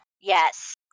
Yes